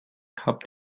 habt